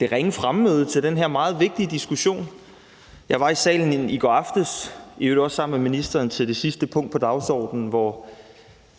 det ringe fremmøde til den her meget vigtige diskussion. Jeg var i salen i går aftes, i øvrigt sammen med ministeren, under det sidste punkt på dagsordenen, hvor